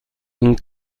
این